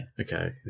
Okay